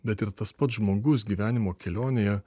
bet ir tas pats žmogus gyvenimo kelionėje